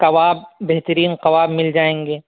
کباب بہترین کباب مل جائیں گے